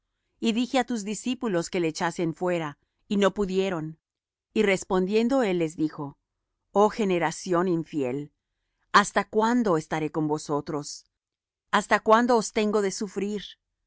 y dije á tus discípulos que le echasen fuera y no pudieron y respondiendo él les dijo oh generación infiel hasta cuándo estaré con vosotros hasta cuándo os tengo de sufrir